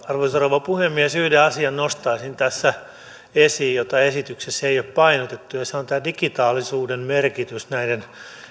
arvoisa rouva puhemies yhden asian nostaisin tässä esiin jota esityksessä ei ole painotettu ja se on digitaalisuuden merkitys näiden